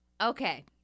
Okay